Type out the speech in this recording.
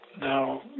now